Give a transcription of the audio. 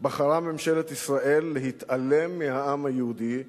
בחרה ממשלת ישראל להתעלם מהעם היהודי,